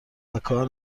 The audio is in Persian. وکار